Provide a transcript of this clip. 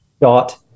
dot